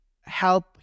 help